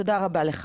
תודה רבה לך.